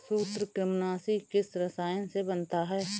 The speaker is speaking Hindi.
सूत्रकृमिनाशी किस रसायन से बनता है?